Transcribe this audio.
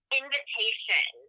invitation